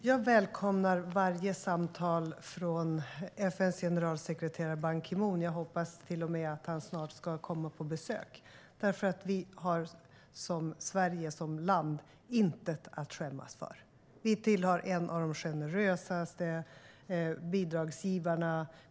Herr talman! Jag välkomnar varje samtal från FN:s generalsekreterare Ban Ki Moon. Jag hoppas till och med att han snart ska komma på besök. Sverige som land har intet att skämmas för. Sverige är en av de generösaste bidragsgivarna.